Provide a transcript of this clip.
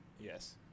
Yes